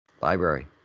Library